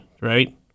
right